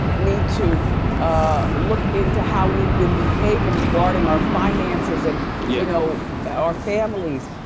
need to ah look into how we've been behaving regarding our finances and you know, our families.